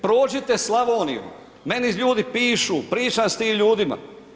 Prođite Slavoniju, meni ljudi pišu, pričam s tim ljudima.